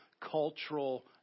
cultural